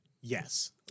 Yes